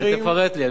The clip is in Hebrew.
תפרט לי.